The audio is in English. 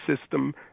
system